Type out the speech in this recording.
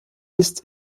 ist